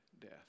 death